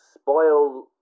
spoil